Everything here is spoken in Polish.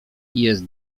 jest